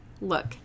Look